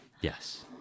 Yes